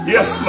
Yes